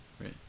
Right